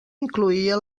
incloïa